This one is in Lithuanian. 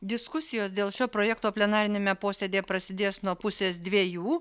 diskusijos dėl šio projekto plenariniame posėdyje prasidės nuo pusės dviejų